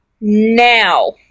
Now